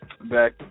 back